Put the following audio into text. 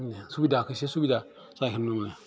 सुबिदा खायसे सुबिदा जायखौ नुयो